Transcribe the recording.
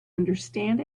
understand